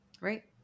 right